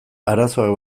arazoak